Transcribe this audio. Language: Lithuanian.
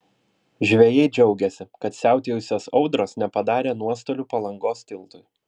žvejai džiaugėsi kad siautėjusios audros nepadarė nuostolių palangos tiltui